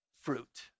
fruit